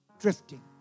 Drifting